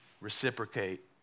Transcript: reciprocate